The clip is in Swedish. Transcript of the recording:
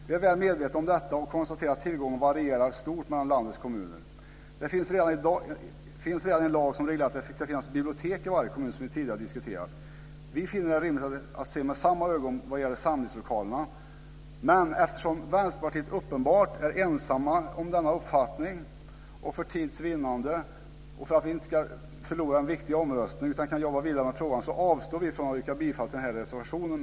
Vi är väl medvetna om detta och konstaterar att tillgången varierar stort mellan landets kommuner. Det finns redan en lag som säger att det ska finnas bibliotek i varje kommun, som vi tidigare har diskuterat. Vi finner det rimligt att se med samma ögon på samlingslokalerna, men eftersom Vänsterpartiet uppenbarligen är ensamt om denna uppfattning, för tids vinnande och för att vi inte ska förlora en viktig omröstning utan kunna jobba vidare med frågan avstår vi från att yrka bifall till denna reservation.